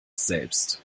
selbst